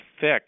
thick